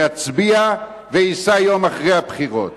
יצביע וייסע יום אחרי הבחירות.